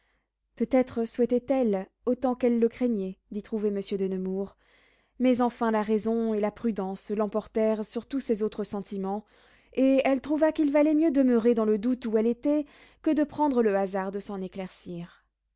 peut-être souhaitait elle autant qu'elle le craignait d'y trouver monsieur de nemours mais enfin la raison et la prudence l'emportèrent sur tous ses autres sentiments et elle trouva qu'il valait mieux demeurer dans le doute où elle était que de prendre le hasard de s'en éclaircir